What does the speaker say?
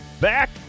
back